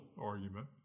argument